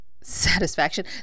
satisfaction